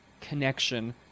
connection